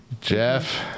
Jeff